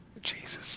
Jesus